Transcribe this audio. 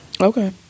Okay